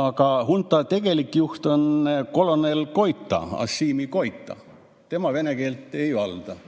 Aga hunta tegelik juht on kolonel Assimi Goïta, tema vene keelt ei valda.